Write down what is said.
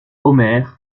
omer